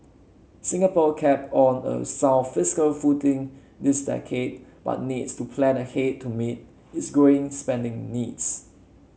Singapore kept on a sound fiscal footing this decade but needs to plan ahead to meet its growing spending needs